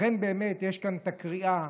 לכן באמת יש כאן את הקריאה,